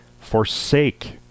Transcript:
forsake